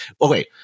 okay